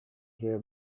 her